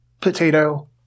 potato